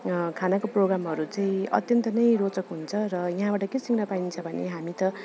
खानाको प्रोग्रामहरू चाहिँ अत्यन्त नै रोचक हुन्छ र यहाँबाट के सिक्नपाइन्छ भने हामी त